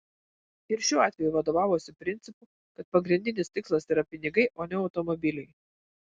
ir šiuo atveju vadovavosi principu kad pagrindinis tikslas yra pinigai o ne automobiliai